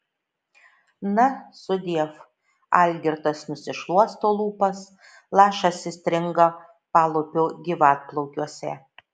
na sudiev algirdas nusišluosto lūpas lašas įstringa palūpio gyvaplaukiuose